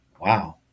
wow